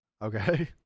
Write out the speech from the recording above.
Okay